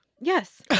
Yes